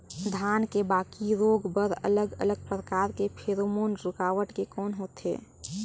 धान के बाकी रोग बर अलग अलग प्रकार के फेरोमोन रूकावट के कौन होथे?